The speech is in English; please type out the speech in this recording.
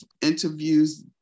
interviews